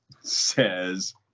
says